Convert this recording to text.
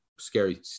scary